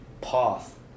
path